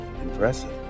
Impressive